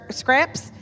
scraps